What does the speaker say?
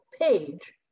page